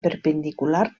perpendicular